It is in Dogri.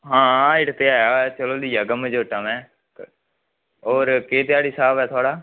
हां हाइट ते ऐ चलो ली औगा मजोटा मैं और केह् धयाड़ी स्हाब ऐ थुआढ़ा